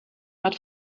but